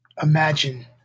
Imagine